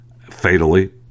fatally